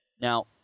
Now